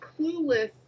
Clueless